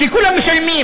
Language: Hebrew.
כי כולם משלמים.